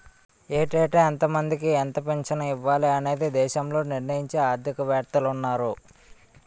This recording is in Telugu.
ఏటేటా ఎంతమందికి ఎంత పింఛను ఇవ్వాలి అనేది దేశంలో నిర్ణయించే ఆర్థిక వేత్తలున్నారు